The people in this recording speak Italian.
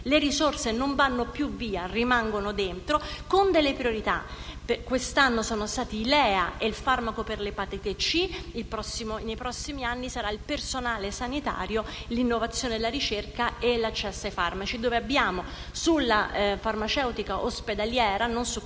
le risorse non vanno più via, rimangono all'interno del comparto, con delle priorità: quest'anno sono stati i LEA e il farmaco per l'epatite C; nei prossimi anni lo saranno il personale sanitario, l'innovazione e la ricerca e l'accesso ai farmaci. Sulla farmaceutica ospedaliera (non su